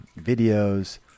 videos